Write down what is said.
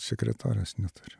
sekretorės neturiu